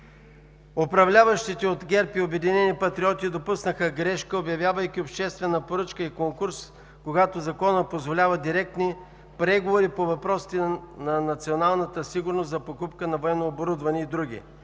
Управляващите от ГЕРБ и „Обединени патриоти“ допуснаха грешка, обявявайки обществена поръчка и конкурс, когато законът позволява директни преговори по въпросите на националната сигурност за покупка на военно оборудване и други.